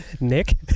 Nick